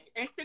Instagram